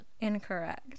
Incorrect